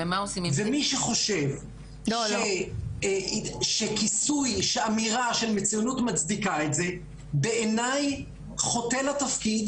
מי שחושב שכיסוי באמירה שמצוינות מצדיקה את זה - בעיניי חוטא לתפקיד,